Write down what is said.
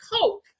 coke